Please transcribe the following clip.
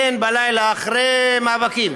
כן, בלילה, אחרי מאבקים,